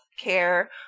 care